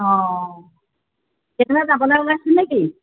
অঁ কেনিবা যাবলৈ ওলাইছেনে কি